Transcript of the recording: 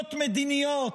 לבריתות מדיניות.